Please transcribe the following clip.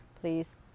please